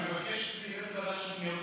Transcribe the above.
אני מבקש שזה ילך לוועדה לפניות הציבור.